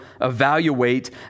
evaluate